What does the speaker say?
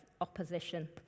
opposition